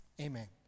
Amen